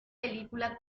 película